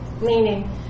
Meaning